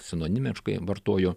sinonimiškai vartoju